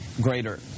greater